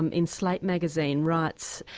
um in slate magazine writes,